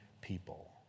people